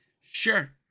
Sure